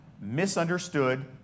misunderstood